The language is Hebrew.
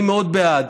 אני מאוד בעד.